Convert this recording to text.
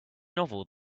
novel